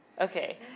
Okay